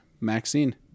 Maxine